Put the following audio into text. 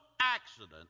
accident